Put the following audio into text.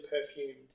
perfumed